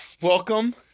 Welcome